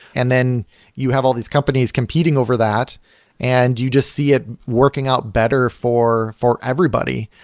and then you have all these companies competing over that and you just see it working out better for for everybody.